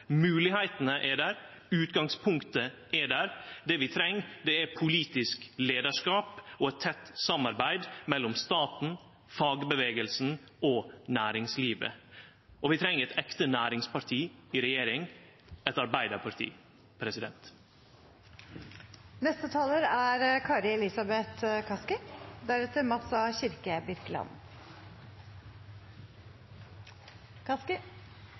er der; utgangspunktet er der. Det vi treng, er politisk leiarskap og eit tett samarbeid mellom staten, fagrørsla og næringslivet. Og vi treng eit ekte næringsparti i regjering – eit arbeidarparti. Det er mye om Groruddalen i nasjonale medier for tiden, og det er